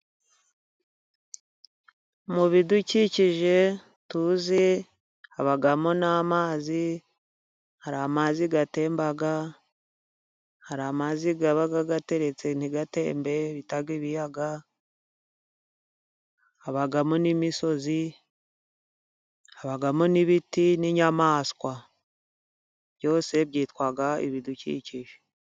Mu bidukikije tuzi, habamo n'amazi. Hari amazi atemba, hari amazi aba ateretse ntatembe bita ibiyaga, habamo n'imisozi, habamo n'ibiti, n'inyamaswa. Byose byitwa ibidukikije.